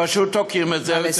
פשוט תוקעים את זה, נא לסיים, אדוני.